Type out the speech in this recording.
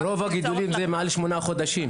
רוב הגידולים זה מעל שמונה חודשים.